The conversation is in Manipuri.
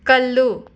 ꯀꯜꯂꯨ